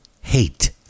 Hate